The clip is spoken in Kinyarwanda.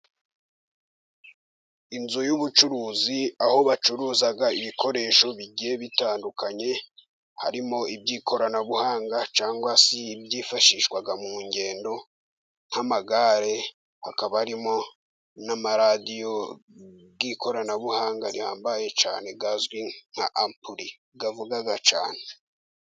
Inzu y'ubucuruzi aho bacuruza ibikoresho bigiye bitandukanye, harimo iby'ikoranabuhanga cyangwa se iby'ibyifashishwa mu rungendo nk'amagare ,hakaba harimo n'amaradiyo y'ikoranabuhanga rihambaye cyane, azwi nk'ampuli avuga cyane.